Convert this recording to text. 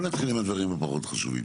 בוא נתחיל עם הדברים הפחות חשובים,